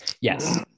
Yes